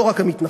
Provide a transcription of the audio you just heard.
לא רק המתנחלים.